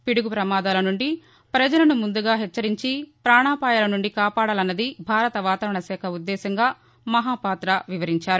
పిడుగు ప్రమాదాల నుండి ప్రజలను ముందుగా హెచ్చరించి పాణాపాయాల నుండి కాపాడాలన్నది భారత వాతావరణ శాఖ ఉద్దేశ్యంగా మహాపాత వివరించారు